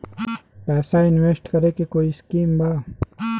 पैसा इंवेस्ट करे के कोई स्कीम बा?